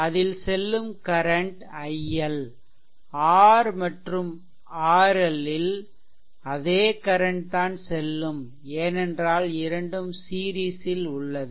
அதில் செல்லும் current iL R மற்றும் RL ல் அதே கரன்ட் தான் செல்லும் ஏனென்றால் இரண்டும் சீரிஸ் ல் உள்ளது